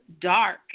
dark